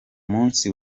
munsi